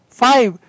five